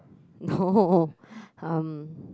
no um